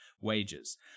wages